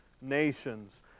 nations